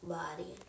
body